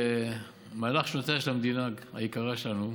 במהלך שנותיה של המדינה היקרה שלנו,